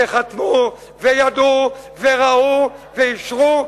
שחתמו וידעו וראו ואישרו,